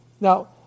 Now